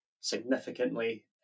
significantly